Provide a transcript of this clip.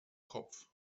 kopf